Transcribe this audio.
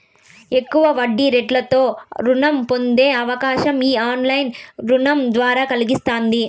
తక్కువ వడ్డీరేటుతో రుణం పొందే అవకాశం ఈ ఆన్లైన్ రుణం ద్వారా కల్గతాంది